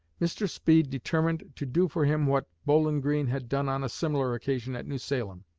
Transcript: mr. speed determined to do for him what bowlin greene had done on a similar occasion at new salem.